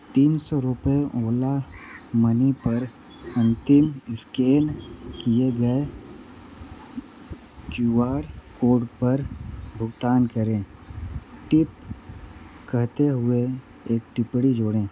तीन सौ रुपये ओला मनी पर अंतिम स्कैन किए गए क्यू आर कोड पर भुगतान करें टिप कहते हुए एक टिप्पणी जोड़ें